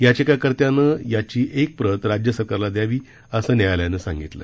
याचिकाकर्त्यानं याची एक प्रत राज्य सरकारला द्यावी असं न्यायालयानं सांगितलं